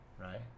right